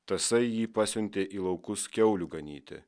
tasai jį pasiuntė į laukus kiaulių ganyti